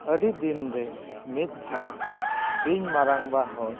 ᱟᱹᱰᱤ ᱫᱤᱱᱨᱮ ᱢᱤᱫ ᱫᱷᱟᱣ ᱤᱧ ᱢᱟᱨᱟᱝᱵᱟ ᱦᱚᱸ